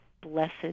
blessed